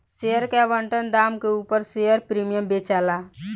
share के आवंटन दाम के उपर शेयर प्रीमियम बेचाला